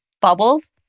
Bubbles